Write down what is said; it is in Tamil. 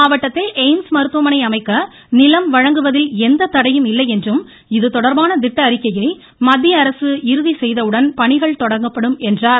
மாவட்டத்தில் எய்ம்ஸ் மருத்துவமனை அமைக்க நிலம் வழங்குவதில் எந்த தடையும் இல்லையென்றும் இது தொடர்பான திட்ட அறிக்கையை மத்தியஅரசு இறுதி செய்தவுடன் பணிகள் தொடங்கும் என்றார்